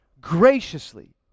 graciously